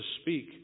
speak